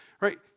Right